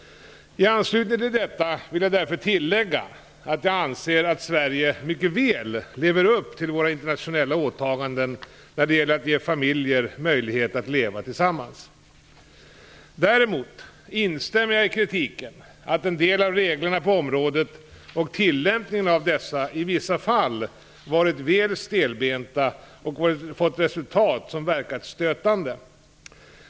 I anslutning till detta vill jag därför tillägga att jag anser att Sverige mycket väl lever upp till våra internationella åtaganden när det gäller att ge familjer möjligheter att leva tillsammans. Däremot instämmer jag i kritiken att en del av reglerna på området, och tillämpningen av dessa, i vissa fall har varit väl stelbenta och fått resultat som verkat stötande.